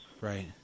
Right